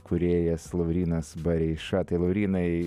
kūrėjas laurynas bareiša tai laurynai